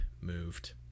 moved